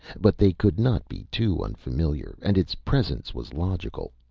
but they could not be too unfamiliar. and its presence was logical.